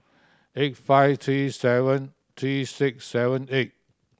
eight five three seven three six seven eight